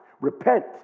Repent